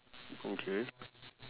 okay